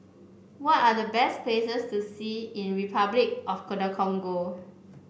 what are the best places to see in Repuclic of Congo